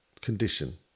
condition